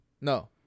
No